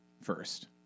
first